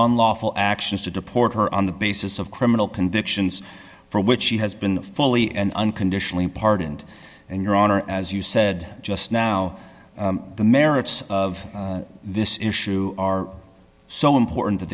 unlawful actions to deport her on the basis of criminal convictions for which she has been fully and unconditionally pardoned and your honor as you said just now the merits of this issue are so important that